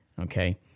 Okay